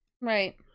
Right